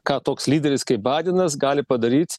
ką toks lyderis kaip baidenas gali padaryt